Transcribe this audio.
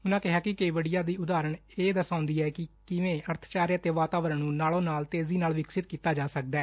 ਉਨੂਾ ਕਿਹਾ ਕਿ ਕੇਵੜਿਆ ਦੀ ਉਦਾਹਰਣ ਇਹ ਦਰਸਾਊਦੀ ਹੈ ਕਿ ਕਿਵੇਂ ਅਰਬਚਾਰੇ ਤੇ ਵਾਤਾਵਰਣ ਨੂੰ ਨਾਲੋ ਨਾਲ ਤੇਜੀ ਨਾਲ ਵਿਕਸਿਤ ਕੀਤਾ ਜਾ ਸਕਦੈ